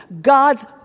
God's